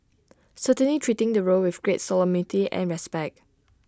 certainly treating the role with great solemnity and respect